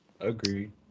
Agreed